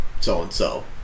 so-and-so